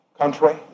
country